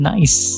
Nice